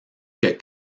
que